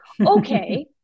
okay